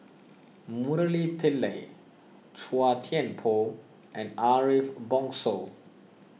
Murali Pillai Chua Thian Poh and Ariff Bongso